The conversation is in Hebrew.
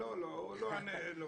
לא, הוא לא עונה.